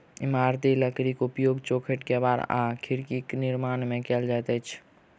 इमारती लकड़ीक उपयोग चौखैट, केबाड़ आ खिड़कीक निर्माण मे कयल जाइत अछि